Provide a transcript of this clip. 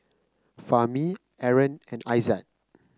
Fahmi Aaron and Aizat